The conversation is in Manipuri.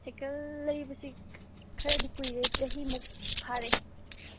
ꯁꯥꯏꯀꯜ ꯂꯩꯕꯁꯤ ꯈꯔꯗꯤ ꯀꯨꯏꯔꯦ ꯆꯍꯤꯃꯨꯛ ꯐꯥꯔꯦ